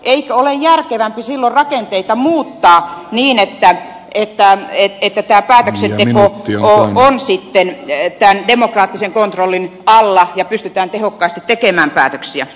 eikö ole järkevämpi silloin rakenteita muuttaa niin että tämä päätöksenteko on sitten tämän demokraattisen kontrollin alla ja pystytään tehokkaasti tekemään päätöksiä